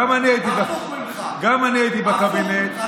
גם אני הייתי בקבינט, הפוך ממך.